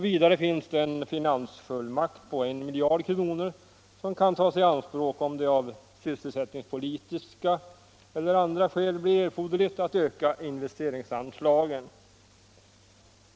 Vidare finns en finansfullmakt på en miljard kronor som kan tas i anspråk om det av sysselsättningspolitiska eller andra skäl blir erforderligt att öka investeringsanslagen.